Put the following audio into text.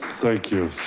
thank you.